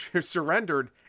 surrendered